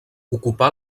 ocupà